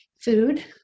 food